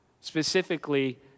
specifically